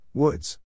Woods